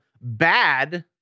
Bad